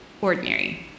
ordinary